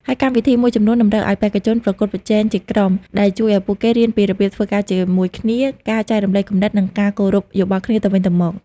ហើយកម្មវិធីមួយចំនួនតម្រូវឲ្យបេក្ខជនប្រកួតប្រជែងជាក្រុម ដែលជួយឲ្យពួកគេរៀនពីរបៀបធ្វើការជាមួយគ្នា ការចែករំលែកគំនិត និងការគោរពយោបល់គ្នាទៅវិញទៅមក។